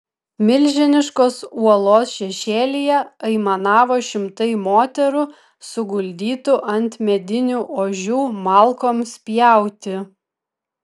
milžiniškos uolos šešėlyje aimanavo šimtai moterų suguldytų ant medinių ožių malkoms pjauti